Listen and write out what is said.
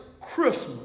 Christmas